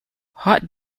hot